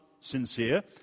sincere